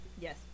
Yes